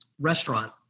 restaurant